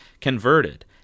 converted